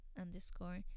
underscore